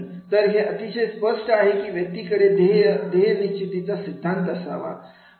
तर हे अतिशय स्पष्ट आहे की व्यक्तीकडे ध्येय निश्चितीचा सिद्धांत असावा